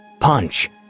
punch